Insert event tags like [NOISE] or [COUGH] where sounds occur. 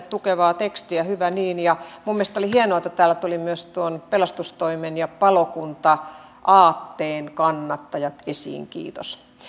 [UNINTELLIGIBLE] tukevaa tekstiä hyvä niin ja mielestäni oli hienoa että täällä tulivat myös pelastustoimen ja palokunta aatteen kannattajat esiin kiitos